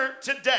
today